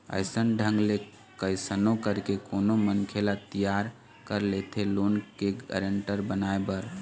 अइसन ढंग ले कइसनो करके कोनो मनखे ल तियार कर लेथे लोन के गारेंटर बनाए बर